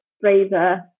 braver